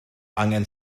angen